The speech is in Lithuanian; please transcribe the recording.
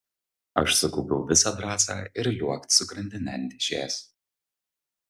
aš sukaupiau visą drąsą ir liuokt su grandine ant dėžės